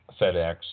FedEx